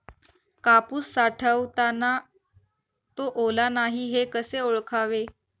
कापूस साठवताना तो ओला नाही हे कसे ओळखावे?